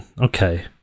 Okay